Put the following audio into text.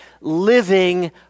living